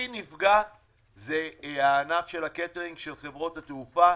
נפגע זה הענף של הקייטרינג של חברות התעופה.